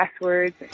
passwords